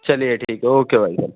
चलिए ठीक है ओके भाई साहब